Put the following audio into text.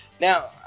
Now